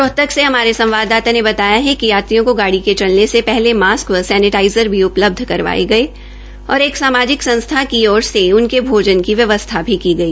राहतक में हमारे सवाददाता ने बताया कि यात्रियों का गाड़ी के चलने से पहले मास्क व सैनेटाइज़र भी उपलब्ध करवाये गये और एक सामाजिक संस्था की ओर से उनके भाजन की व्यवस्था भी की गई